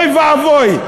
אוי ואבוי.